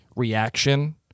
reaction